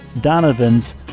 Donovan's